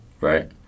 Right